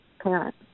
parent